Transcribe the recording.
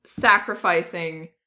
sacrificing